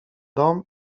dom